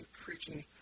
preaching